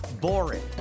boring